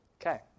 Okay